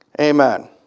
Amen